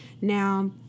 Now